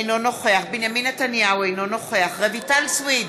אינו נוכח בנימין נתניהו, אינו נוכח רויטל סויד,